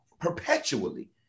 perpetually